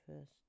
first